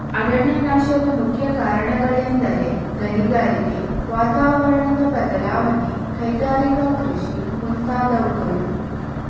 ಅರಣ್ಯನಾಶದ ಮುಖ್ಯ ಕಾರಣಗಳೆಂದರೆ ಗಣಿಗಾರಿಕೆ, ವಾತಾವರಣದ ಬದಲಾವಣೆ, ಕೈಗಾರಿಕಾ ಕೃಷಿ ಮುಂತಾದವುಗಳು